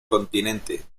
continente